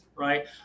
Right